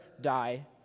die